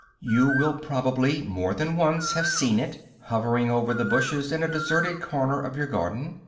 you will probably more than once have seen it, hovering over the bushes in a deserted corner of your garden,